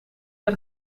met